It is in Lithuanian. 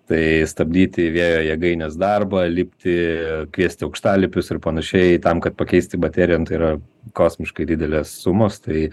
tai stabdyti vėjo jėgainės darbą lipti kviesti aukštalipius ir panašiai tam kad pakeisti bateriją nu tai yra kosmiškai didelės sumos tai